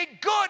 good